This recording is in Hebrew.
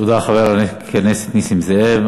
תודה, חבר הכנסת נסים זאב.